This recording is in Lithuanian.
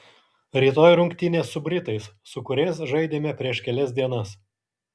rytoj rungtynės su britais su kuriais žaidėme prieš kelias dienas